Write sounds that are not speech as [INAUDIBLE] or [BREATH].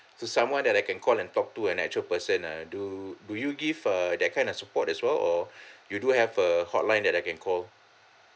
to someone that I can call and talk to an actual person ah do do you give uh that kind of support as well or [BREATH] you do have a hotline that I can call